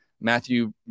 Matthew